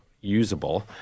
usable